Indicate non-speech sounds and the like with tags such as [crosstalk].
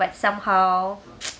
but somehow [noise]